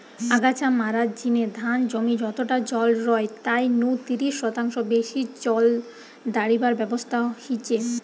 আগাছা মারার জিনে ধান জমি যতটা জল রয় তাই নু তিরিশ শতাংশ বেশি জল দাড়িবার ব্যবস্থা হিচে